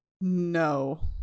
No